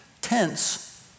tense